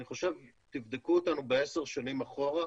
אני חושב, תבדקו אותנו עשר שנים אחורה,